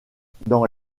dans